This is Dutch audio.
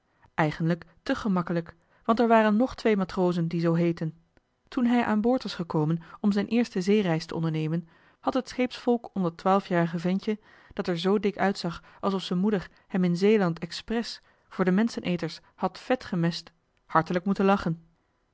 eigenlijk te gemakkelijk want er waren nog twee matrozen die zoo heetten toen hij aan boord was gekomen om zijn eerste zeereis te ondernemen had het scheepsvolk om dat twaalfjarige ventje dat er zoo dik uitzag alsof z'n moeder hem in zeeland expres voor de menscheneters had vet gemest hartelijk moeten lachen